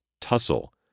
Tussle